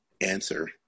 answer